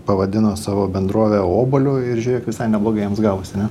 pavadino savo bendrovę obuoliu ir žiūrėk visai neblogai jiems gavosi